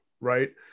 right